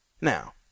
Now